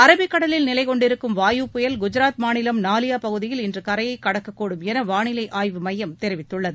அரபிக்கடலில் நிலை கொண்டிருக்கும் வாயு புயல் குஜராத் மாநிலம் நாலியா பகுதியில் இன்று கரையைக் கடக்கக்கூடும் என வானிலை ஆய்வு எமையம் தெரிவித்துள்ளது